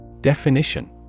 Definition